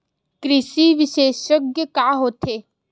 कृषि विशेषज्ञ का होथे?